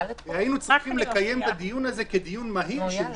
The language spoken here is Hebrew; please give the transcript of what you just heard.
היינו צריכים לקיים את הדיון הזה כדיון מהיר שאושר